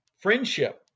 friendship